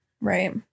Right